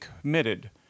committed